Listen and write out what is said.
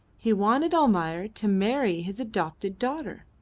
he wanted almayer to marry his adopted daughter.